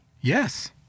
Yes